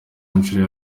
nshuro